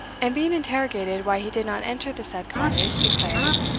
and being interrogated why he did not enter the said cottage, declares,